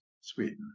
Sweden